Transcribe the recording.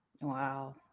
Wow